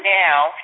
now